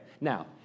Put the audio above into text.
Now